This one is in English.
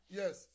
yes